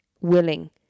willing